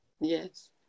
Yes